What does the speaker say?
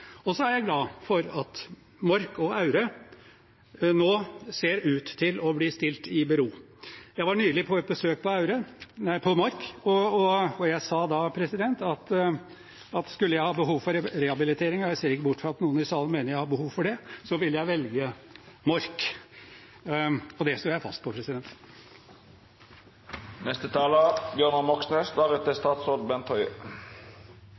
prosessen. Så er jeg glad for at Mork og Aure nå ser ut til å bli stilt i bero. Jeg var nylig på et besøk på Mork, og jeg sa da at skulle jeg ha behov for rehabilitering – og jeg ser ikke bort fra at noen i salen mener jeg har behov for det – ville jeg velge Mork. Det står jeg fast på.